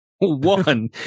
one